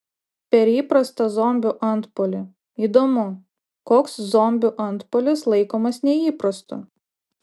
per įprastą zombių antpuolį įdomu koks zombių antpuolis laikomas neįprastu